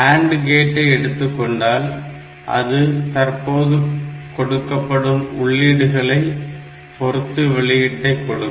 AND கேட்டை எடுத்துக்கொண்டால் அது தற்போது கொடுக்கப்படும் உள்ளீடுகளை பொறுத்து வெளியீட்டை கொடுக்கும்